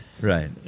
Right